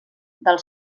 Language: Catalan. del